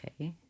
okay